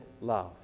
love